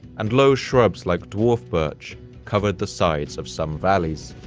and low shrubs like dwarf birch covered the sides of some valleys.